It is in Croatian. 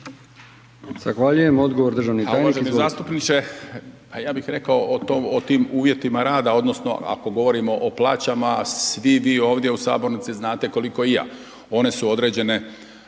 Zahvaljujem. Odgovor državni tajnik,